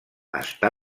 està